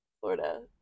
Florida